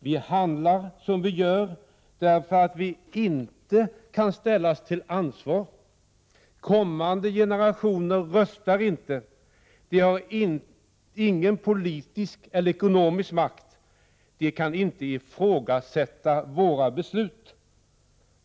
Vi handlar som vi gör, därför att vi inte kan ställas till ansvar: kommande generationer röstar inte; de har ingen politisk eller ekonomisk makt; de kan inte ifrågasätta våra beslut.